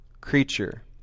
Creature